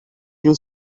you